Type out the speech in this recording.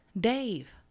Dave